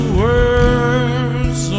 words